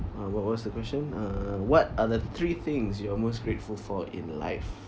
uh what was the question uh what are the three things you are most grateful for in life